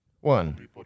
One